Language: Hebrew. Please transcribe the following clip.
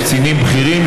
לקצינים בכירים,